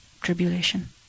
tribulation